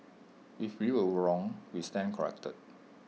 if we are wrong we stand corrected